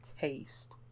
taste